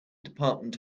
department